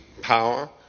power